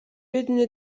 بدون